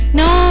no